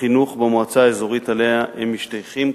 החינוך במועצה האזורית שאליה הם משתייכים,